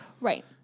Right